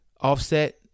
offset